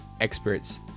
experts